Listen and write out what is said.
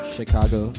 Chicago